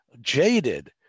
jaded